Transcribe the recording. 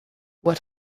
what